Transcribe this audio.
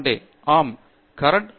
தேஷ்பாண்டே ஆம் கரண்ட்